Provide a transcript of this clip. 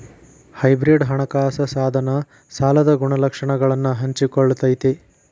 hybrid ಹಣಕಾಸ ಸಾಧನ ಸಾಲದ ಗುಣಲಕ್ಷಣಗಳನ್ನ ಹಂಚಿಕೊಳ್ಳತೈತಿ